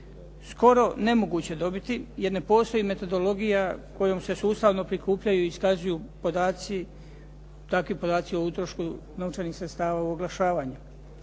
skoro nemoguće dobiti jer ne postoji metodologija kojom se sustavno prikupljaju i iskazuju podaci, takvi podaci o utrošku novčanih sredstava u oglašavanju.